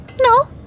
No